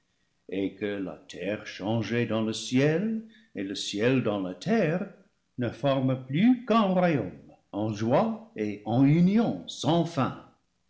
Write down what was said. et que la terre changée dans le ciel et le ciel dans la terre ne forme plus qu'un royaume en joie et en union sans fin